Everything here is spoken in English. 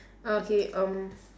ah K um